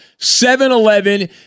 7-Eleven